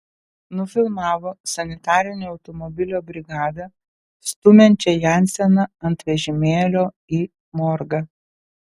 nufilmavo sanitarinio automobilio brigadą stumiančią jenseną ant vežimėlio į morgą